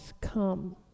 come